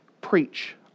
Preach